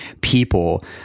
people